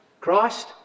Christ